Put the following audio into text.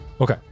Okay